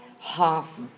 half